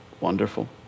Wonderful